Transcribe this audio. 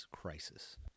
crisis